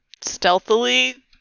stealthily